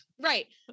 Right